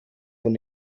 von